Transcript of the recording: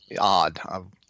odd